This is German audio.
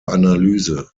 analyse